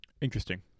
Interesting